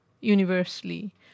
universally